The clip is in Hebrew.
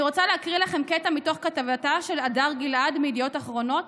אני רוצה להקריא לכם קטע מתוך כתבתה של הדר גיל-עד מידיעות אחרונות,